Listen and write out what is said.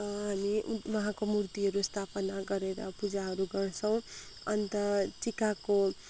हामी उहाँको मूर्तिहरू स्थापना गरेर पूजाहरू गर्छौँ अन्त टिकाको